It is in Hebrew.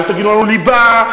אל תגידו לנו ליבה,